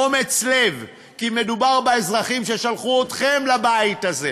אומץ לב, כי מדובר באזרחים ששלחו אתכם לבית הזה.